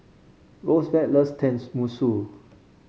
Rosevelt loves